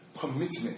commitment